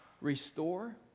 restore